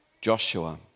Joshua